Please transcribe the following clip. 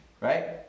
Right